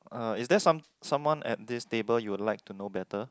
uh is there some someone at this table you will like to know better